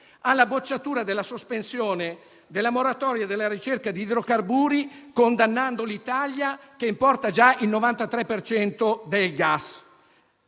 alla bocciatura della sospensione della moratoria per la ricerca di idrocarburi, condannando l'Italia, che importa già il 93 per